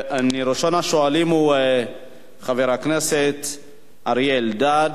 ראשון השואלים הוא חבר הכנסת אריה אלדד,